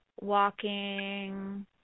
walking